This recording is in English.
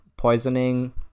Poisoning